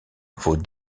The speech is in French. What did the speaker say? vos